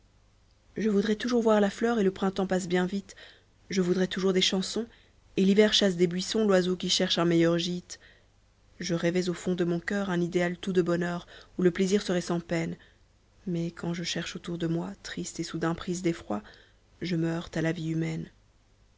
je voudrais toujours voir la fleur et le printemps passe bien vite je voudrais toujours des chansons et l'hiver chasse des buissons l'oiseau qui cherche un meilleur gitc je rêvais au fond de mon coeur un idéal tout de bonheur où le plaisir serait sans peine mais quand je cherche autour de moi triste et soudain prise d'effroi je me heurte à la vie humaine